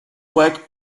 work